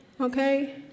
Okay